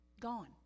Gone